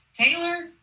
Taylor